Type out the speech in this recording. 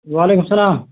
وعلیکُم سلام